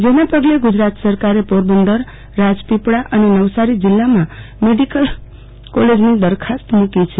જેના પગલે ગુજરાત સરકારે પોરબંદરરાજપીપળા અને નવસારી જિલ્લામાં મેડીકલ કોલેજની દરખાસ્ત મુકી છે